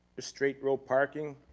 just straight row parking.